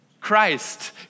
Christ